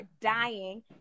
dying